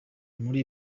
muri